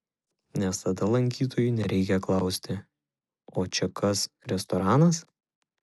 nes tada lankytojui nereikia klausti o čia kas restoranas